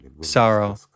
sorrow